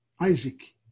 Isaac